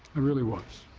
i really was.